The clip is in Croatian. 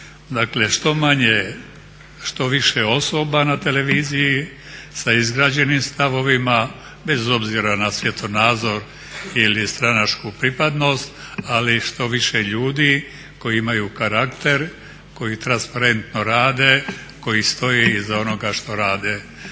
Dakle, što manje, što više osoba na televiziji sa izgrađenim stavovima bez obzira na svjetonazor ili stranačku pripadnost, ali i što više ljudi koji imaju karakter koji transparentno rade, koji stoje iza onoga što rade.